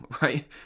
right